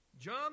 John